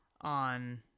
on